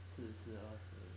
四四而行